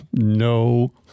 No